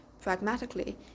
pragmatically